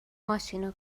ماشینو